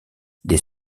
des